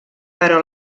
però